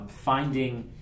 finding